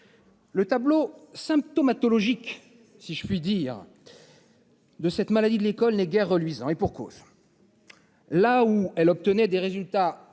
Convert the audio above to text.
Le tableau symptomatologie qu'si je puis dire. De cette maladie de l'école n'est guère reluisant. Et pour cause. Là où elle obtenait des résultats